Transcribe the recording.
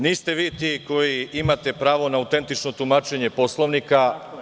Niste vi ti koji imate prava na autentično tumačenje Poslovnika.